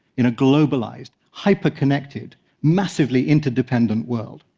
in a globalized, hyperconnected, massively interdependent world